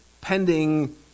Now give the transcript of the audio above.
pending